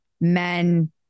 men